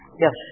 Yes